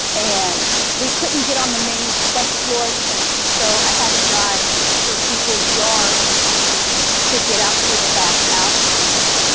and we couldn't get on the main west florissant. so i had to drive through people's yards to get out through the back alley way,